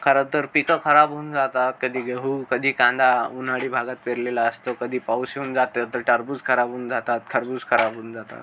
खरं तर पिकं खराब होऊन जातात कधी गहू कधी कांदा उन्हाळी भागात पेरलेला असतो कधी पाऊस येऊन जातं तर टरबूज खराब होऊन जातात खरबूज खराब होऊन जातात